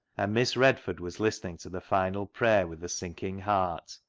and miss redford was listening to the final prayer with a sinking heart,